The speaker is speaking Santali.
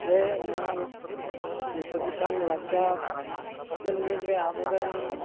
ᱨᱮ ᱱᱚᱣᱟ ᱫᱤᱥᱦᱩᱫᱤᱥᱟᱱ ᱞᱟᱠᱪᱟᱨ ᱦᱟᱯᱮᱱ ᱫᱤᱱ ᱨᱮ ᱟᱵᱚᱨᱮᱱ